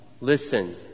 Listen